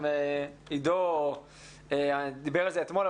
גם עידו סופר דיבר על זה אתמול.